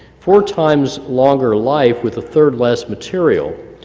four times longer life with a third less material,